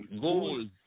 Goals